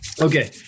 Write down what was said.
Okay